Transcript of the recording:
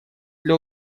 для